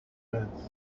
defence